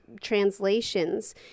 translations